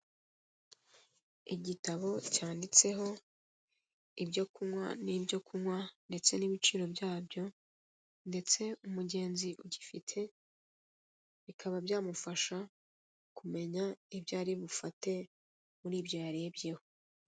Igitabo cyanditseho ibyo kunywa n'ibyo kunywa ndetse n'ibiciro byabyo ndetse umugenzi ugifite bikaba byamufasha kumenya ibyo ari bufate muri ibyo yarebyeho.